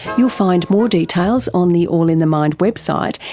you'll find more details on the all in the mind website,